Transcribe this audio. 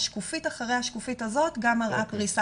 השקופית אחרי השקופית הזאת גם מראה פריסה